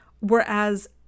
whereas